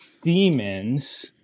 demons